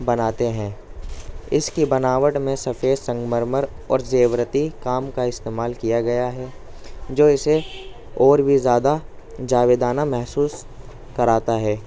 بناتے ہیں اس کی بناوٹ میں سفید سنگ مرمر اور زیوراتی کام کا استعمال کیا گیا ہے جو اسے اور بھی زیادہ جاویدانہ محسوس کراتا ہے